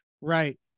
Right